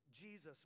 Jesus